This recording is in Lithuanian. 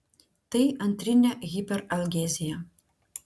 tai antrinė hiperalgezija